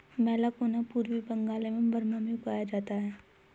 मैलाकोना पूर्वी बंगाल एवं बर्मा में उगाया जाता है